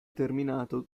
terminato